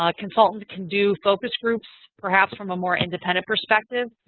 ah consultants can do focus groups perhaps from a more independent perspective.